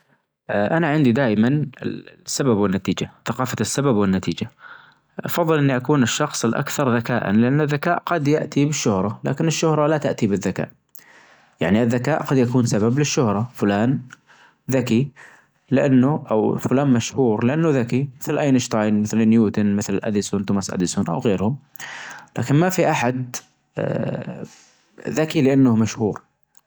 أنا عندي دايما ال-السبب والنتيچة، ثقافة السبب والنتيچة، أفظل إني أكون الشخص الأكثر ذكاء لأن الذكاء قد يأتي بالشهرة، لكن الشهرة لا تأتي بالذكاء، يعني الذكاء قد يكون سبب للشهرة فلان ذكي لأنه أو فلان مشهور لأنه ذكي، مثل أينشتاين مثل نيوتن مثل أديسون توماس أديسون أو غيرهم. لكن ما في أحد آآ ذكي لأنه مشهور.